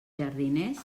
jardiners